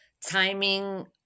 timing